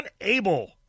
unable